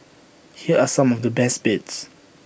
here are some of the best bits